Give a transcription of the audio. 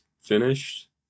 finished